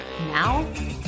Now